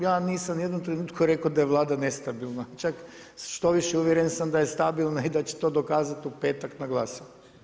Ja nisam ni u jednom trenutku rekao da je Vlada nestabilna, čak štoviše uvjeren sam da je stabilna i da će to dokazati u petak na glasovanju.